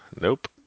nope